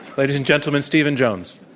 ladies and gentlemen, stephen jones.